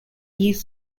use